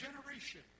generation